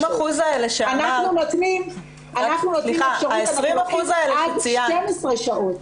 אנחנו לוקחים עד 12 שעות.